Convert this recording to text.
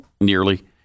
nearly